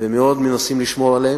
ומאוד מנסים לשמור עליהם,